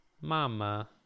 mama